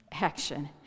action